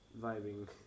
vibing